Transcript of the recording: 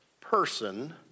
person